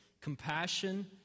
compassion